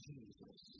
Jesus